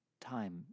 Time